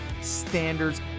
standards